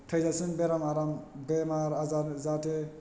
थैजासिम बेराम आराम बेमार आजार जाहाथे